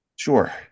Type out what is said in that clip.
Sure